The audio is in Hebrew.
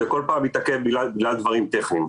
זה כל פעם מתעכב בגלל דברים טכניים.